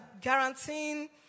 guaranteeing